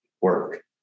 work